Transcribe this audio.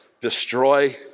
destroy